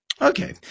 okay